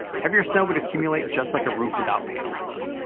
heavier snow would accumulate just like a roof without panels though.